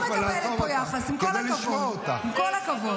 -- ואני לא מקבלת פה יחס, עם כל הכבוד.